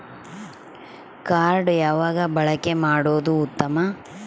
Card ಯಾವಾಗ ಬಳಕೆ ಮಾಡುವುದು ಉತ್ತಮ?